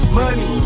money